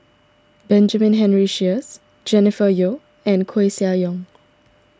Benjamin Henry Sheares Jennifer Yeo and Koeh Sia Yong